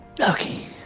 Okay